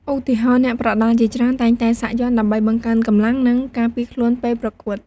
ឧទាហរណ៍ អ្នកប្រដាល់ជាច្រើនតែងតែសាក់យ័ន្តដើម្បីបង្កើនកម្លាំង និងការពារខ្លួនពេលប្រកួត។